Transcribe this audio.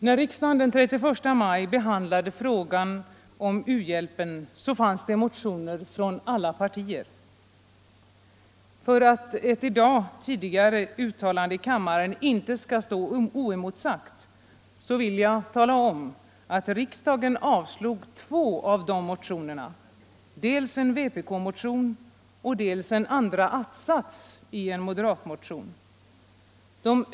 När riksdagen den 31 maj behandlade frågan om u-hjälpen, fanns det motioner från alla partier. För att ett tidigare i dag gjort uttalande i kammaren inte skall stå oemotsagt vill jag tala om att riksdagen avslog två av de motionerna, dels en vpk-motion, dels en andra att-sats i en moderatmotion.